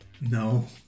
No